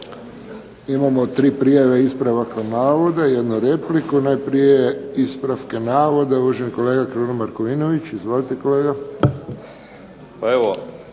Imamo tri prijave ispravaka navoda i jednu repliku. Najprije ispravke navoda, uvaženi kolega Kruno Markovinović. Izvolite kolega.